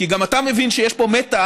כי גם אתה מבין שיש פה מתח